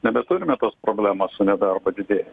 nebeturime tos problemos su nedarbo didėjimu